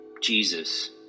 Jesus